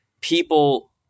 people